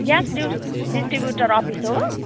gas dis distributor office हो